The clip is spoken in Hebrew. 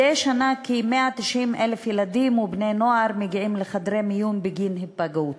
מדי שנה כ-190,000 ילדים ובני-נוער מגיעים לחדרי מיון בגין היפגעות